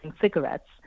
cigarettes